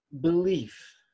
belief